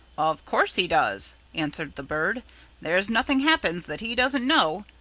of course he does, answered the bird there's nothing happens that he doesn't know.